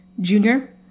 Junior